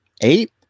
eight